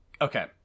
Okay